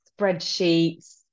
spreadsheets